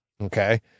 Okay